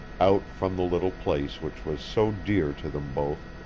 out from the little place which was so dear to them both,